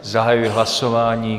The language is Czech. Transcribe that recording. Zahajuji hlasování.